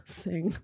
sing